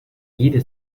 jede